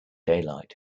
daylight